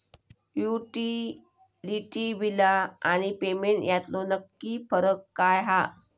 Utility बिला आणि payment यातलो नक्की फरक काय हा?